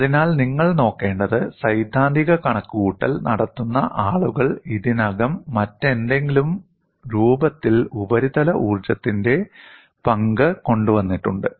അതിനാൽ നിങ്ങൾ നോക്കേണ്ടത് സൈദ്ധാന്തിക കണക്കുകൂട്ടൽ നടത്തുന്ന ആളുകൾ ഇതിനകം മറ്റേതെങ്കിലും രൂപത്തിൽ ഉപരിതല ഊർജ്ജത്തിന്റെ പങ്ക് കൊണ്ടുവന്നിട്ടുണ്ട്